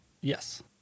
Yes